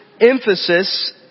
emphasis